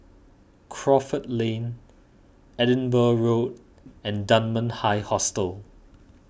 Crawford Lane Edinburgh Road and Dunman High Hostel